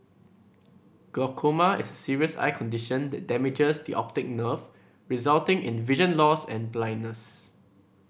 glaucoma is a serious eye condition that damages the optic nerve resulting in vision loss and blindness